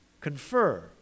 confer